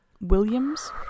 Williams